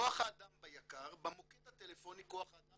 כוח האדם ביק"ר במוקד הטלפוני כוח האדם